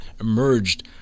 emerged